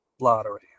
lottery